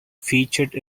featured